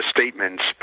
statements